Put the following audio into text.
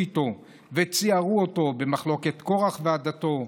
איתו וציערו אותו במחלוקת קורח ועדתו,